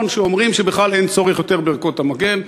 שאומרים שבכלל אין צורך עוד בערכות המגן.